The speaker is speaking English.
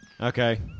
Okay